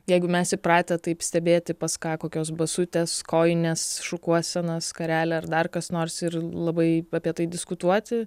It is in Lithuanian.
jeigu mes įpratę taip stebėti pas ką kokios basutės kojinės šukuosena skarelė ar dar kas nors ir labai apie tai diskutuoti